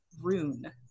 rune